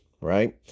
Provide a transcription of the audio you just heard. right